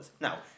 Now